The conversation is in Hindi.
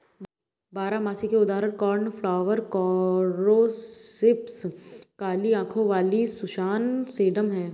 बारहमासी के उदाहरण कोर्नफ्लॉवर, कोरॉप्सिस, काली आंखों वाली सुसान, सेडम हैं